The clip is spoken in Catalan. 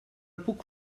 puc